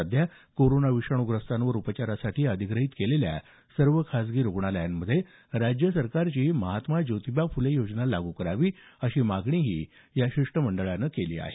सध्या कोरोना विषाणूग्रस्तांवर उपचारासाठी अधिग्रहित केलेल्या सर्व खासगी रुग्णालयांमध्ये राज्य सरकारची महात्मा ज्योतिबा फुले योजना लागू करावी अशी मागणीही या शिष्टमंडळानं केली आहे